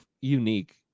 unique